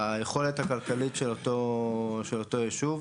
ליכולת הכלכלית של אותו ישוב.